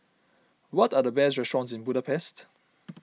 what are the best restaurants in Budapest